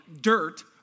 dirt